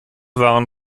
waren